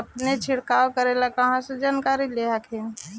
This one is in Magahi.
अपने छीरकाऔ करे लगी कहा से जानकारीया ले हखिन?